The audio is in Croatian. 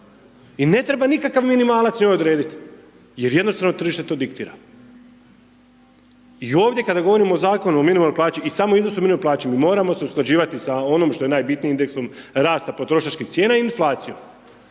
I ne treba nikakav minimalac njoj odrediti jer jednostavno tržište to diktira. I ovdje kada govorimo o Zakonu o minimalnoj plaći i samo iznosu minimalne plaće mi moramo se usklađivati sa onom što je najbitnije indeksom rasta potrošačkih cijena i inflacijom.